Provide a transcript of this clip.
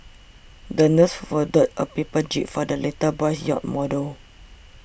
the nurse folded a paper jib for the little boy's yacht model